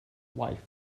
wife